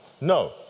No